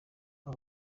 aba